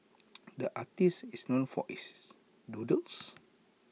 the artist is known for his doodles